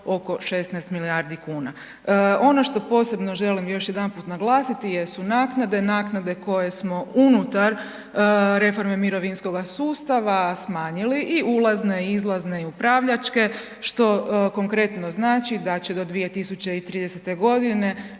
oko 16 milijardi kuna. Ono što posebno želim još jedanput naglasiti jesu naknade, naknade koje smo unutar reforme mirovinskoga sustava smanjili i ulazne i izlazne i upravljačke, što konkretno znači da će do 2030. g. na